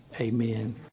Amen